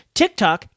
tiktok